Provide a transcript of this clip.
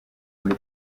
muri